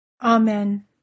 Amen